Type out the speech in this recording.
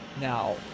now